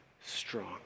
strong